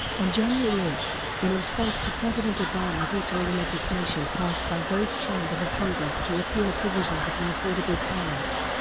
on january eight, in response to president obama vetoing legislation passed by both chambers of congress to repeal provisions of the affordable care act,